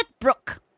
Brooke